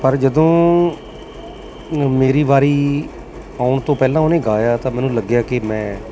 ਪਰ ਜਦੋਂ ਮੇਰੀ ਵਾਰੀ ਆਉਣ ਤੋਂ ਪਹਿਲਾਂ ਉਹਨੇ ਗਾਇਆ ਤਾਂ ਮੈਨੂੰ ਲੱਗਿਆ ਕਿ ਮੈਂ